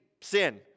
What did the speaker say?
sin